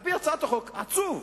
על-פי הצעת החוק עצוב,